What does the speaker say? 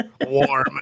warm